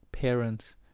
parents